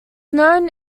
known